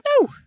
no